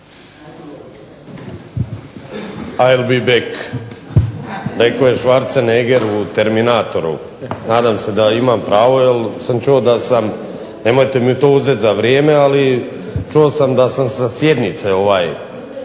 I'll be back, rekao je Schwarzenegger u Terminatoru. Nadam se da imam pravo, jer sam čuo da sam, nemojte mi to uzeti za vrijeme, ali čuo sam da sam sa sjednice bio